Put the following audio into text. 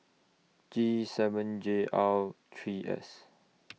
G seven J R three S